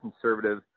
conservative